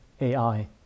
AI